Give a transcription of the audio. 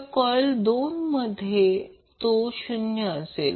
तर कॉइल 2 मध्ये तो 0 असेल